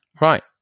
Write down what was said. Right